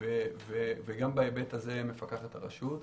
גם בהיבט הזה מפקחת הרשות.